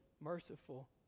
merciful